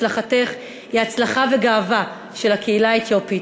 הצלחתך היא הצלחה וגאווה של הקהילה האתיופית,